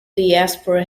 diaspora